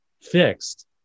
fixed